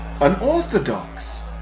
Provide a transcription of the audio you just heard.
Unorthodox